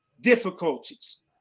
difficulties